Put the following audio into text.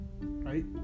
Right